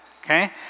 okay